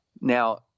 Now